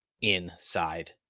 Inside